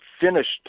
finished